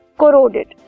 corroded